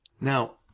Now